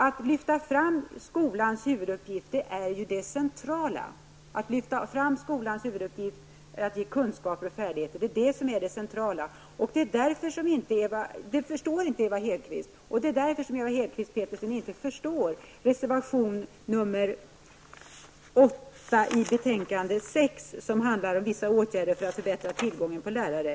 Det centrala är att kunna lyfta fram skolans huvuduppgift, dvs. att ge kunskaper och färdigheter. Ewa Hedkvist Petersen förstår inte det. Det är därför Ewa Hedkvist Petersen inte förstår reservation nr 8 i betänkande 6 som handlar om vissa åtgärder för att förbättra tillgången på lärare.